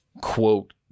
quote